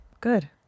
Good